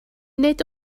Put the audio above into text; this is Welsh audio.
nid